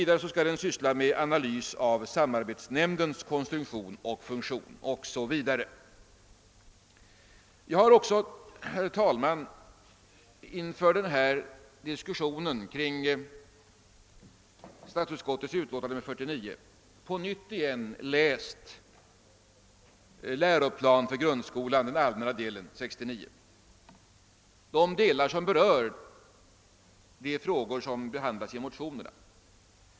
Dessutom skall SISK göra en analys av samarbetsnämndens konstruktion och funktion, m.m. Herr talman! Jag har inför denna diskussion kring statsutskottets utlåtande nr 49 på nytt ganska noga läst de delar av 1969 års läroplan för grundskolan som berör de frågor som behandlas i motionerna.